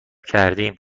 کردیم